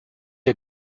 der